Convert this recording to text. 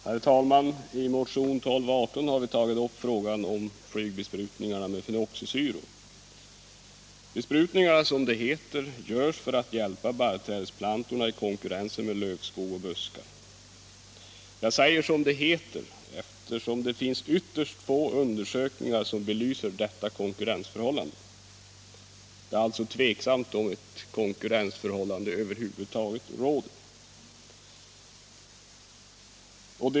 Herr talman! I motion 1218 har vi tagit upp frågan om flygbesprutningarna med fenoxisyror. Besprutningarna görs, som det heter, för att hjälpa barrträdsplantorna i konkurrensen med lövskog och buskar. Jag säger ”som det heter” eftersom det finns ytterst få undersökningar som belyser detta konkurrensförhållande. Det är alltså tveksamt om ett konkurrensförhållande över huvud taget råder.